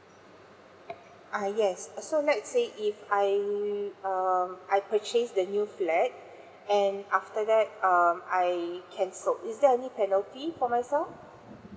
uh yes so let's say if I um I purchase the new flat and after that um I cancel is there any penalty for myself